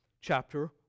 chapter